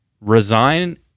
resign